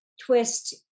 twist